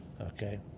Okay